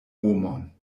homon